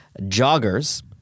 joggers